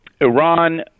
Iran